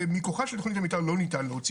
מכוחה של תכנית המתאר לא ניתן להוציא